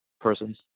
person